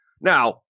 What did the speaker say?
Now